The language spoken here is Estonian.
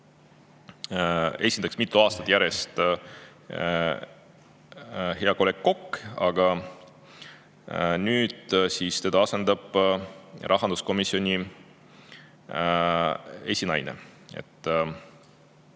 esindajaks mitu aastat järjest hea kolleeg Kokk, aga nüüd asendab teda rahanduskomisjoni esinaine. See